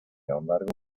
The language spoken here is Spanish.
embargo